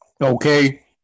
Okay